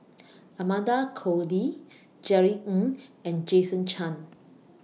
Amanda Koe Lee Jerry Ng and Jason Chan